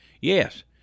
Yes